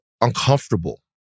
uncomfortable